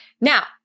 Now